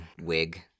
wig